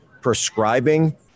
prescribing